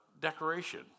decoration